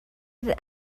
and